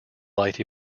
light